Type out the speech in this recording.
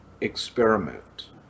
experiment